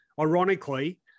ironically